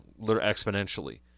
exponentially